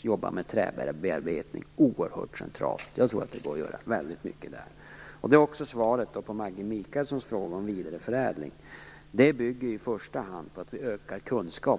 jobba med träbearbetning är oerhört centrala delar. Jag tror att det går att göra väldigt mycket i det avseendet. Det är också mitt svar på Maggi Mikaelssons fråga om vidareförädlingen. Här bygger det i första hand på en ökad kunskap.